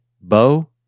Bo